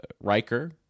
Riker